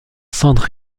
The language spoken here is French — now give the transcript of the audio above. centre